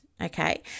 Okay